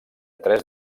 tres